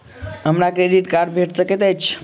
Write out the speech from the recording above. हमरा credit card भेट सकैत अछि?